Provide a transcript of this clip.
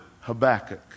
Habakkuk